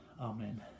Amen